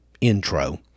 intro